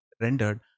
rendered